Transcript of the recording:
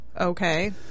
okay